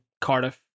Cardiff